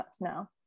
now